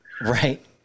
Right